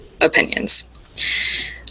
opinions